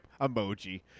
emoji